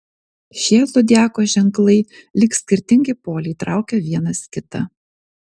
šie zodiako ženklai lyg skirtingi poliai traukia vienas kitą